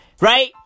Right